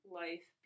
life